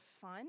fun